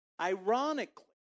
Ironically